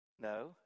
No